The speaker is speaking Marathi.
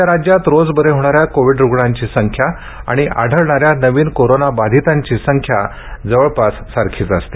सध्या राज्यात रोज बरे होणाऱ्या कोविड रुग्णांची संख्या आणि आढळणाऱ्या नवीन कोरोना बाधितांची संख्या जवळपास सारखीच असते